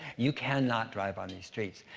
you cannot drive on these streets.